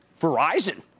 Verizon